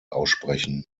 aussprechen